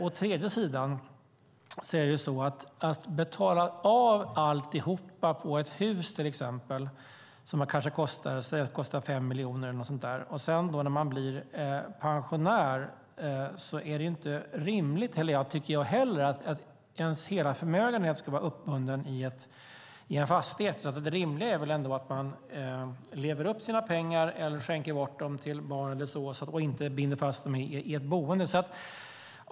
Men säg att ett hus kostar 5 miljoner eller något sådant. När man blir pensionär är det inte heller rimligt, tycker jag, att hela förmögenheten ska vara uppbunden i en fastighet. Det rimliga är väl ändå att man lever upp sina pengar eller skänker bort dem till barn eller så och inte binder fast dem i ett boende.